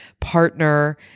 partner